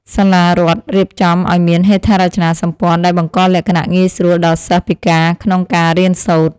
សាលារដ្ឋរៀបចំឱ្យមានហេដ្ឋារចនាសម្ព័ន្ធដែលបង្កលក្ខណៈងាយស្រួលដល់សិស្សពិការក្នុងការរៀនសូត្រ។